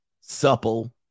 supple